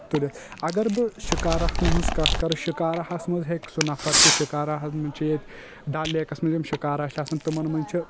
تُلِتھ اگر بہٕ شکاراہن ہنٛز کتھ کرٕ شکارا ہس منٛز ہیٚکہِ سُہ نفر شکارا ہس منٛز چھِ یتۍ ڈل لیکس منٛز یِم شکارا چھِ آسان تَِمن منٛز چھِ